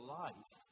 life